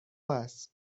است